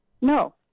No